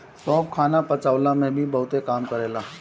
सौंफ खाना पचवला में भी बहुते काम करेला